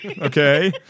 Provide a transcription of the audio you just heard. okay